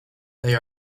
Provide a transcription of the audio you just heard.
they